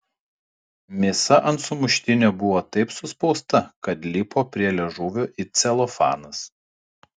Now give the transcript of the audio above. mėsa ant sumuštinio buvo taip suspausta kad lipo prie liežuvio it celofanas